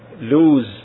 lose